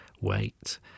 wait